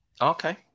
Okay